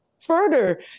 further